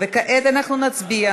כעת אנחנו נצביע